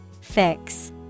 Fix